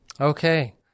Okay